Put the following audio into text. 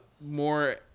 more